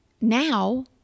now